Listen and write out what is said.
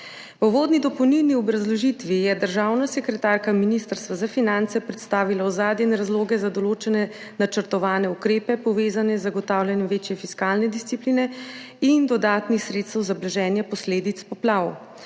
V uvodni dopolnilni obrazložitvi je državna sekretarka Ministrstva za finance predstavila ozadje in razloge za določene načrtovane ukrepe, povezane z zagotavljanjem večje fiskalne discipline in dodatnih sredstev za blaženje posledic poplav.